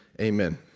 Amen